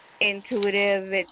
intuitive